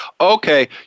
okay